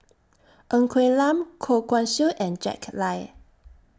Ng Quee Lam Goh Guan Siew and Jack Lai